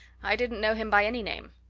i didn't know him by any name.